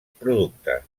productes